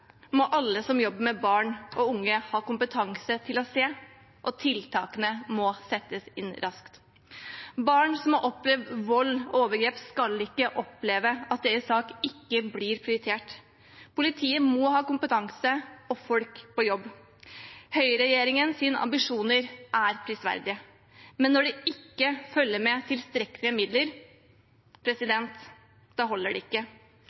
må alle som jobber med barn og unge, ha kompetanse til å se, og tiltakene må settes inn raskt. Barn som har opplevd vold og overgrep, skal ikke oppleve at deres sak ikke blir prioritert. Politiet må ha kompetanse og folk på jobb. Høyreregjeringens ambisjoner er prisverdige, men når det ikke følger med tilstrekkelige midler, holder det ikke.